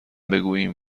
بگوییم